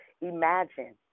Imagine